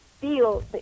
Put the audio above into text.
feel